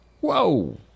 whoa